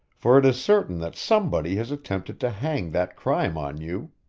for it is certain that somebody has attempted to hang that crime on you.